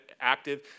active